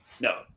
no